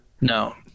no